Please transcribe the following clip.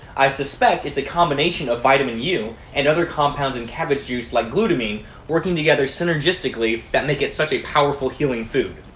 i suspect it's a combination of vitamin u and other compounds in cabbage juice like glutamine working together synergistically that make it such a powerful healing food.